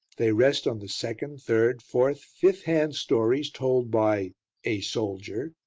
they rest on the second, third, fourth, fifth hand stories told by a soldier,